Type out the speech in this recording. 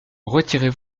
retirez